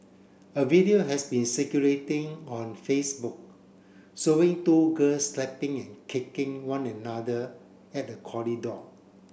a video has been circulating on Facebook showing two girls slapping and kicking one another at a corridor